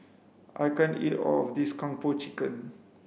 I can't eat all of this kung po chicken